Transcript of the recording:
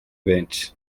benshi